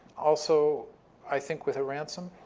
also i think with a ransom.